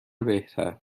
بهتر